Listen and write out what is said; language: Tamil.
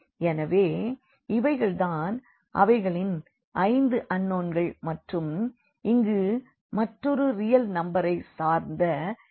எனவே இவைகள் தான் அவைகளின் 5 அன்னோன்கள் மற்றும் இங்கு மற்றொரு ரியல் நம்பரை சார்ந்த பீட்டா இருக்கிறது